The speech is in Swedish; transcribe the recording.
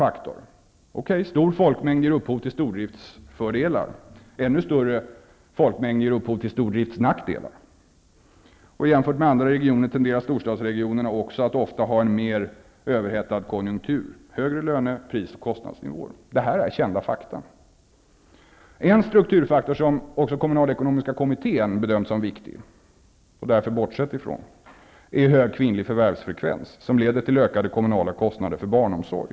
Stor folkmängd ger visserligen upphov till stordriftsfördelar. Ännu större folkmängd ger upphov till stordriftsnackdelar. Jämfört med andra regioner tenderar storstadsregionerna också att ha en mer överhettad konjunktur, med högre löne-, pris och kostnadsnivåer. Detta är kända fakta. En strukturfaktor som också kommunalekonomiska kommittén bedömt som viktig, och därför bortsett från, är hög kvinnlig förvärvsfrekvens, som leder till ökade kommunala kostnader för barnomsorg.